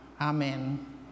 Amen